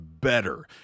better